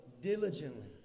diligently